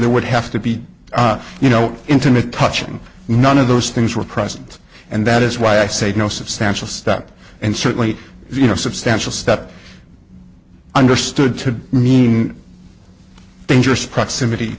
there would have to be you know intimate touching none of those things were present and that is why i say no substantial step and certainly you know substantial step understood to mean dangerous proximity